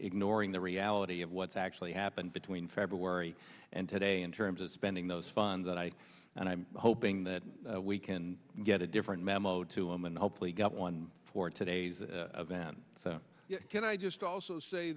ignoring the reality of what's actually happened between february and today in terms of spending those funds that i and i'm hoping that we can get a different memo to him and hopefully get one for today's a fan can i just also say